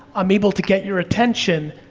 i'm able to get your attention,